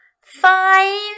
five